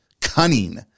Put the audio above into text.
cunning